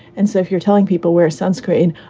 and so if you're telling people wear sunscreen,